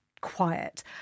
quiet